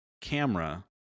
camera